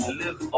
live